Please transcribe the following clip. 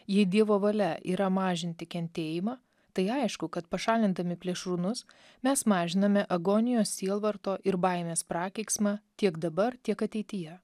jei dievo valia yra mažinti kentėjimą tai aišku kad pašalindami plėšrūnus mes mažiname agonijos sielvarto ir baimės prakeiksmą tiek dabar tiek ateityje